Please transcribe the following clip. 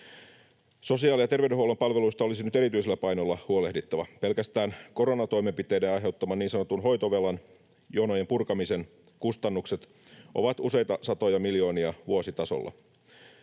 Sosiaali- ja terveydenhuollon palveluista olisi nyt erityisellä painolla huolehdittava. Pelkästään koronatoimenpiteiden aiheuttaman niin sanotun hoitovelan jonojen purkamisen kustannukset ovat useita satoja miljoonia vuositasolla.